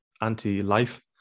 anti-life